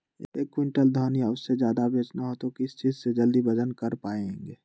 एक क्विंटल धान या उससे ज्यादा बेचना हो तो किस चीज से जल्दी वजन कर पायेंगे?